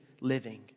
living